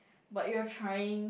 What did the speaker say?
but you're trying